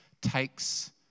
takes